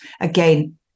Again